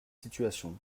situation